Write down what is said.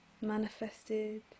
manifested